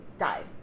died